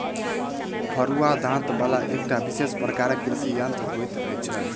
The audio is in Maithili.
फरूआ दाँत बला एकटा विशेष प्रकारक कृषि यंत्र होइत छै